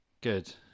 Good